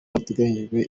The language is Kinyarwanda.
hateganyijwe